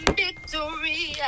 victory